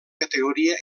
categoria